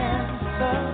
answer